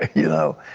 you know,